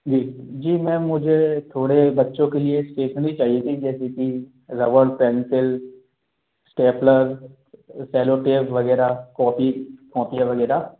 जी जी मैम मुझे थोड़े बच्चों के लिए इस्टेशनरी चाहिए थी जैसे कि रबड़ पेंसिल इस्टेपलर सेलोटेप वगैरह कॉपी कॉपियाँ वगैरह